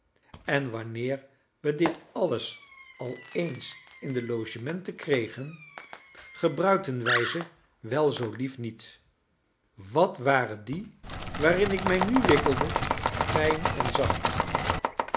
en wanneer we dit al eens in de logementen kregen gebruikten wij ze wel zoo lief niet wat waren die waarin ik mij nu wikkelde fijn en zacht